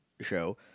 show